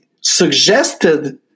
suggested